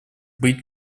быть